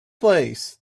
place